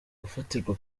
gufatirwa